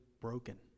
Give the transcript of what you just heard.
broken